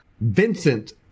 Vincent